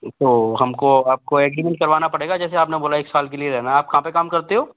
तो हमको आपको एग्रीमेंट करवाना पड़ेगा जैसे आपने बोला एक साल के लिए रहना है आप कहाँ पे काम करते हो